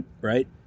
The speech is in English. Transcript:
Right